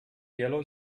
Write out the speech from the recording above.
yellow